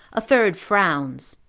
a third frowns,